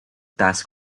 task